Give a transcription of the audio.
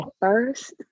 first